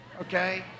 okay